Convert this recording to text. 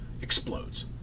explodes